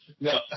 No